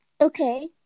Okay